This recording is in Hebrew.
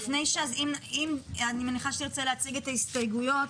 אני מניחה שתרצה להציג את ההסתייגויות.